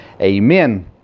Amen